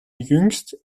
jüngst